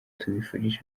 tubifurije